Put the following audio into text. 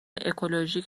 اکولوژیک